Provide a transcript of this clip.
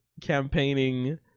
campaigning